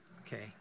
Okay